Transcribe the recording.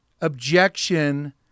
objection